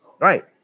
right